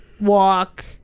walk